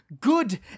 good